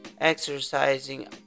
Exercising